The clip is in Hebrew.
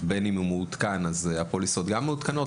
מעודכן גם הפוליסות מעודכנות.